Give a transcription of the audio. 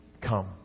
come